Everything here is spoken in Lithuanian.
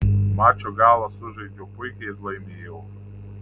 mačo galą sužaidžiau puikiai ir laimėjau